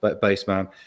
baseman